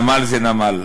נמל זה נמל.